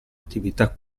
attività